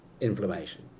inflammation